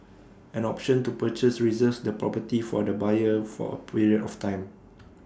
an option to purchase reserves the property for the buyer for A period of time